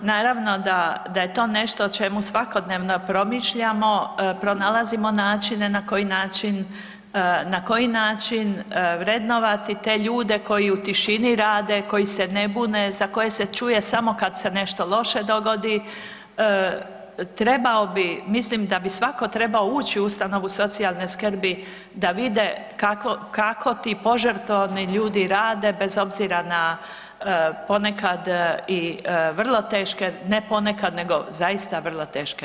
Naravno da, da je to nešto o čemu svakodnevno promišljamo, pronalazimo načine na koji način, na koji način vrednovati te ljude koji u tišini rade, koji se ne bune, za koje se čuje samo kad se nešto loše dogodi, trebao bi, mislim da bi svako trebao ući u ustanovu socijalne skrbi da vide kako, kako ti požrtvovni ljudi rade bez obzira na ponekad i vrlo teško, ne ponekad nego zaista vrlo teške radne uvjete.